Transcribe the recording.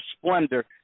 splendor